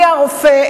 מי הרופא,